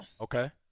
Okay